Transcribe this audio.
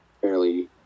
fairly